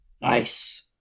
Nice